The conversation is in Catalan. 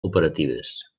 operatives